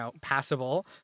passable